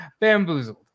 bamboozled